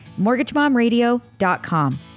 mortgagemomradio.com